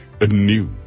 anew